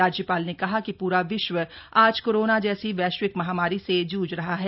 राज्यपाल ने कहा कि प्रा विश्व आज कोरोना जैसी वैश्विक महामारी से जूझ रहा है